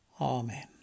amen